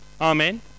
Amen